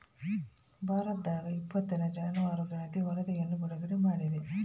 ಭಾರತದಾಗಇಪ್ಪತ್ತನೇ ಜಾನುವಾರು ಗಣತಿ ವರಧಿಯನ್ನು ಬಿಡುಗಡೆ ಮಾಡಿದೆ